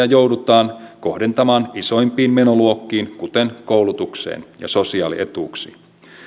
joudutaan kohdentamaan isoimpiin menoluokkiin kuten koulutukseen ja sosiaalietuuksiin